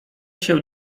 się